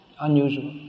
unusual